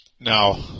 Now